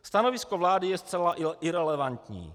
Stanovisko vlády je zcela irelevantní.